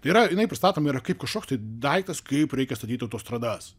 tai yra jinai pristatoma yra kaip kažkoks tai daiktas kaip reikia statyti autostradas